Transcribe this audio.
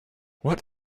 what